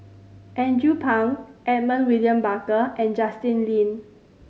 Andrew Phang Edmund William Barker and Justin Lean